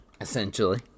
Essentially